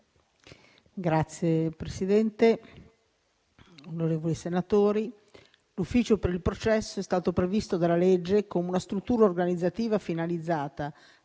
Signor Presidente, onorevoli senatori, l'ufficio per il processo è stato previsto dalla legge come una struttura organizzativa finalizzata